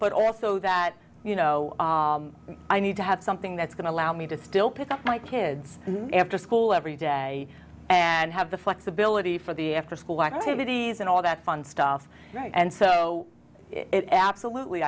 but also that you know i need to have something that's going to allow me to still pick up my kids after school every day and have the flexibility for the after school activities and all that fun stuff and so it absolutely